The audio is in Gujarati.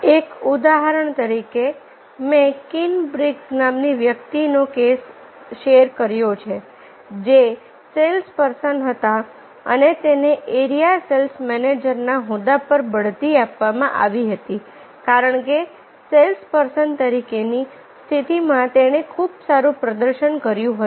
એક ઉદાહરણ તરીકે મે કિનબ્રિગ્સ નામની વ્યક્તિનો કેસ શેર કર્યો છે જે સેલ્સ પર્સન હતા અને તેને એરીયા સેલ્સ મેનેજર ના હોદ્દા પર બઢતી આપવામાં આવી હતી કારણ કે સેલ્સ પર્સન તરીકેની સ્થિતિમાં તેણે ખૂબ સારું પ્રદર્શન કર્યું હતું